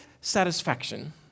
satisfaction